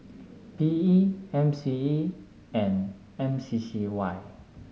P E M C E and M C C Y